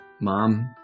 Mom